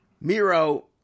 Miro